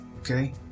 okay